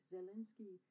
Zelensky